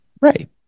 Right